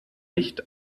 nicht